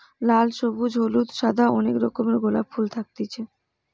লাল, সবুজ, হলুদ, সাদা অনেক রকমের গোলাপ ফুল থাকতিছে